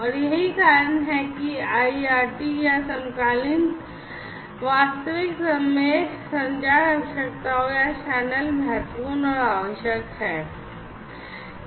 और यही कारण है कि आईआरटी या समकालिक वास्तविक समय संचार आवश्यकताओं या चैनल महत्वपूर्ण और आवश्यक हैं